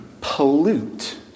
pollute